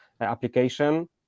application